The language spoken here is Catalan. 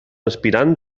aspirant